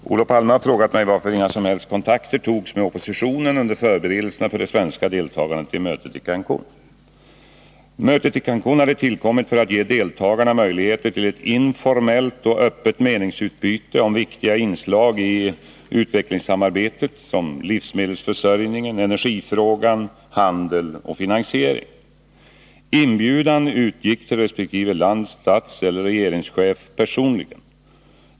Herr talman! Olof Palme har frågat mig varför inga som helst kontakter togs med oppositionen under förberedelserna för det svenska deltagandet i mötet i Cancun. Mötet i Cancun hade tillkommit för att ge deltagarna möjligheter till ett informellt och öppet meningsutbyte om viktiga inslag i utvecklingssamarbetet som livsmedelsförsörjningen, energifrågan, handel och finansiering. Inbjudan utgick till resp. lands statseller regeringschef personligen.